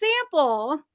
example